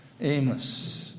Amos